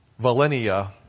Valenia